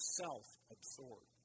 self-absorbed